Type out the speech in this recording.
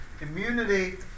Immunity